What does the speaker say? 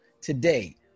Today